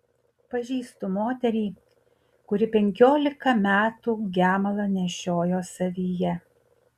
pažįstu moterį kuri penkiolika metų gemalą nešiojo savyje